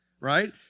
right